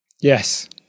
Yes